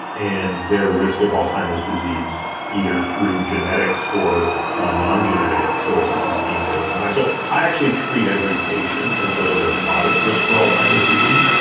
and their risk of alzheimer's disease, either through genetics or non-genetic sources is deemed anything high. so i actually treat every patient as thought they're modest risk for alzheimer's disease,